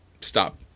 stop